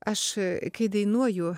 aš kai dainuoju